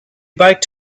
biked